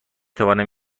توانم